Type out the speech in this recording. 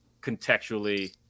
contextually